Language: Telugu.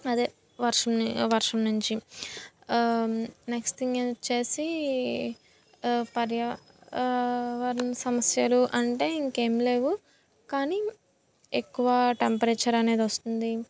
అదే వర్షంని వర్షం నుంచి నెక్స్ట్ థింగే వచ్చేసి పర్యా వరణ సమస్యలు అంటే ఇంకేం లేవు కానీ ఎక్కువ టెంపరేచర్ అనేది వస్తుంది